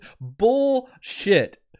Bullshit